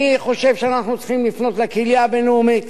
אני חושב שאנחנו צריכים לפנות לקהילה הבין-לאומית